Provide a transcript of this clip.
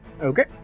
Okay